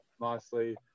nicely